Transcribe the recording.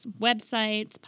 websites